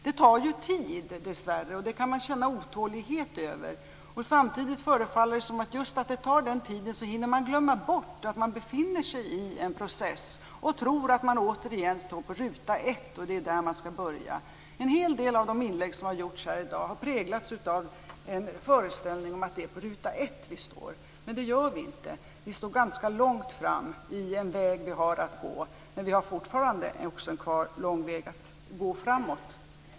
Dessvärre tar det ju tid, och det kan man känna otålighet över. Samtidigt förefaller det som att man, eftersom det tar den tiden, hinner glömma bort var man befinner sig i en process. Man kan tro att man återigen står på ruta 1 och skall börja därifrån. En hel del av de inlägg som har gjorts här i dag har präglats av en föreställning om att det är på ruta ett vi står, men det gör vi inte. Vi står ganska långt fram på den väg vi har att gå, men vi har fortfarande en lång väg kvar att gå framåt.